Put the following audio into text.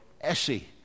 Essie